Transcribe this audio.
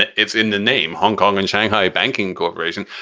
it's in the name hong kong and shanghai banking corporation.